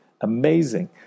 amazing